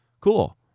Cool